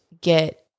get